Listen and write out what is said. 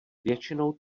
většinou